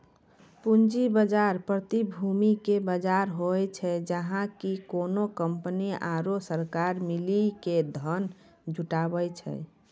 पूंजी बजार, प्रतिभूति के बजार होय छै, जहाँ की कोनो कंपनी आरु सरकार मिली के धन जुटाबै छै